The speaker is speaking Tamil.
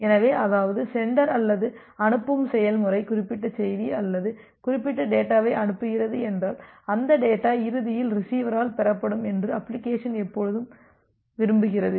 எனவே அதாவது சென்டர் அல்லது அனுப்பும் செயல்முறை குறிப்பிட்ட செய்தி அல்லது குறிப்பிட்ட டேட்டாவை அனுப்புகிறது என்றால் அந்த டேட்டா இறுதியில் ரிசிவரால் பெறப்படும் என்று அப்ளிகேஷன் எப்போதும் விரும்புகிறது